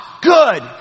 good